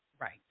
Right